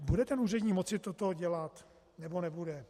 Bude ten úředník moci toto dělat, nebo nebude?